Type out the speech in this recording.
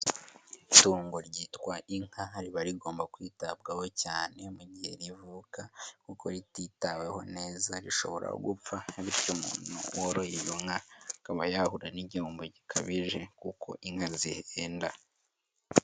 Itungo ryitwa inka riba rigomba kwitabwaho cyane mu gihe rivuka kuko rititaweho neza rishobora gupfa, bityo umuntu woroye izo nka akaba yahura n'igihombo gikabije kuko inka zihenda.